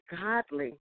godly